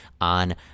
on